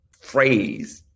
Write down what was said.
phrase